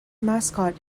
mascot